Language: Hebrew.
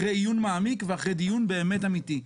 אחרי עיון מעמיק ואחרי דיון באמת אמיתי.